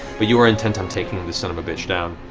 but you are intent on taking this son of a bitch down.